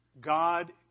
God